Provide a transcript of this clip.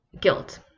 guilt